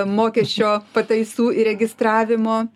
mokesčio pataisų įregistravimo